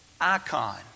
Icon